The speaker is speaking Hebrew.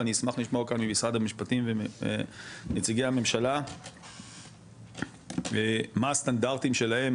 ואני אשמח לשמוע כאן ממשרד המשפטים ומנציגי הממשלה מה הסטנדרטים שלהם,